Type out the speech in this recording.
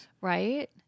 Right